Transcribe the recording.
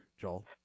Joel